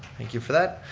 thank you for that.